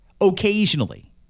occasionally